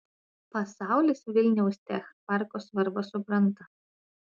pasaulis vilniaus tech parko svarbą supranta